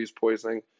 poisoning